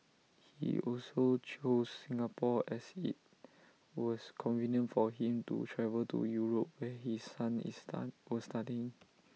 he also chose Singapore as IT was convenient for him to travel to Europe where his son is study was studying